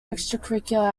extracurricular